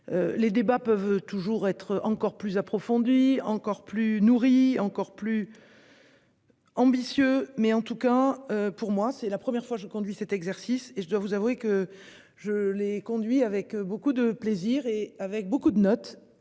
Les débats peuvent toujours être encore plus approfondies encore plus nourris encore plus. Ambitieux, mais en tout cas pour moi c'est la première fois je conduis cet exercice et je dois vous avouer que je les conduis avec beaucoup de plaisir et avec beaucoup de notes.